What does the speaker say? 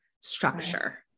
structure